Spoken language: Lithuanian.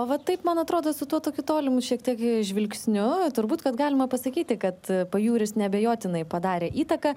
o va taip man atrodo su tuo tokiu tolimu šiek tiek žvilgsniu turbūt kad galima pasakyti kad pajūris neabejotinai padarė įtaką